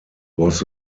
was